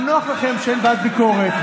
גם נוח לכם שאין ועדת ביקורת,